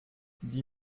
die